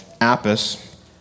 Apis